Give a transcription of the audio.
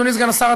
אדוני סגן השר,